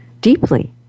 deeply